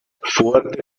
fuerte